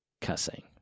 cussing